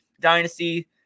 dynasty